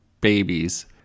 babies